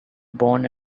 born